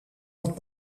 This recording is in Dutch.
wat